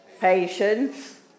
patience